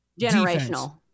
Generational